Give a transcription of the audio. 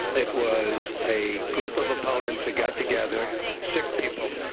it was a group of opponents who got together, sick people,